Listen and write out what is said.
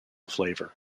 flavour